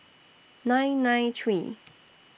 nine nine three